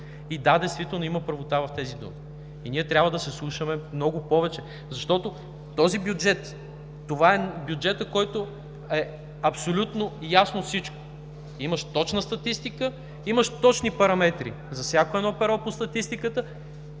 Да, действително има правота в тези думи и ние трябва да се слушаме много повече, защото това е бюджетът, в който е ясно абсолютно всичко – имаш точна статистика, имаш точни параметри за всяко перо по статистиката